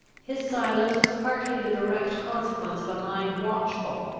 his silence was partly the direct consequence of a mind watchful,